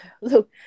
Look